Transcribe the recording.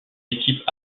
équipes